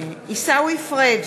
עיסאווי פריג'